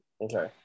Okay